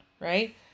right